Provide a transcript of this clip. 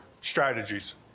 strategies